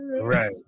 Right